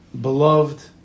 beloved